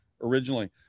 originally